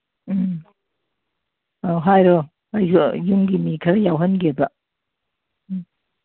ꯎꯝ ꯑꯧ ꯍꯥꯏꯔꯣ ꯑꯩꯁꯨ ꯌꯨꯝꯒꯤ ꯃꯤ ꯈꯔ ꯌꯥꯎꯍꯟꯒꯦꯕ ꯎꯝ